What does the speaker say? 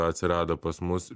atsirado pas mus